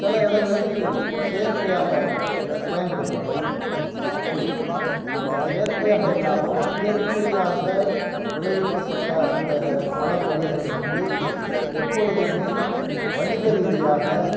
சில இடங்களில் செயற்கையாக பயன்படுத்துவார்கள் அப்படி அந்த செயற்கையாக இல்லாமல் இயற்கையாக விளைவிக்கப்பட்ட அந்த பணப்பயிர்களுக்கு எப்பொழுதுமே வணிகரீதியாக